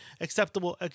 acceptable